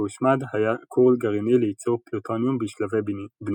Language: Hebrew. והושמד היה כור גרעיני לייצור פלוטוניום בשלבי בנייה,